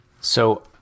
So-